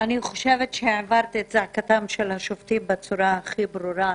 אני חושבת שהעברת את זעקתם של השופטים בצורה הכי ברורה.